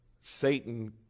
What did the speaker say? satan